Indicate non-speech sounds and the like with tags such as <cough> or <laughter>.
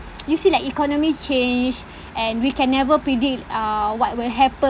<noise> you see like economies change and we can never predict uh what will happen